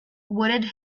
wooded